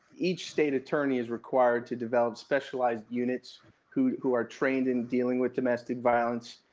each state attorney is required to develop specialized units who who are trained in dealing with domestic violence,